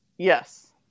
Yes